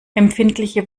empfindliche